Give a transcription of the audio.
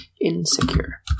Insecure